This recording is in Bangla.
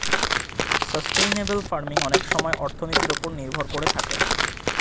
সাস্টেইনেবল ফার্মিং অনেক সময়ে অর্থনীতির ওপর নির্ভর করে থাকে